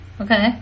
Okay